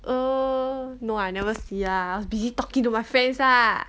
uh no I never see lah I was busy talking to my friends ah